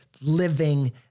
living